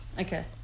okay